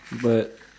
but